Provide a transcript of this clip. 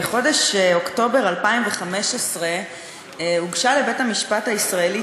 בחודש אוקטובר 2015 הוגשה לבית-המשפט הישראלי